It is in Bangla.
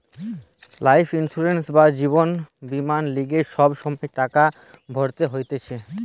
লাইফ ইন্সুরেন্স বা জীবন বীমার লিগে সময়ে সময়ে টাকা ভরতে হতিছে